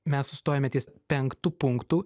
mes sustojame ties penktu punktu